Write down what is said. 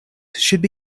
should